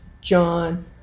John